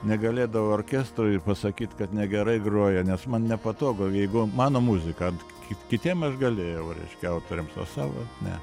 negalėdavau orkestrui pasakyt kad negerai groja nes man nepatogu jeigu mano muziką kit kitiem aš galėjau reiškia autoriams o savo ne